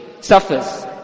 suffers